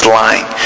lying